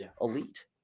elite